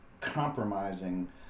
compromising